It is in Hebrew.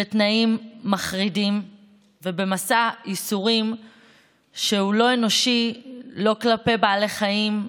בתנאים מחרידים ובמסע ייסורים שהוא לא אנושי לא כלפי בעלי חיים,